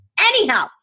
Anyhow